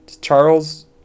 Charles